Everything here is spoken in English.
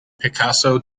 picasso